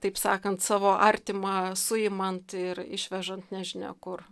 taip sakant savo artimą suimant ir išvežant nežinia kur